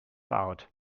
out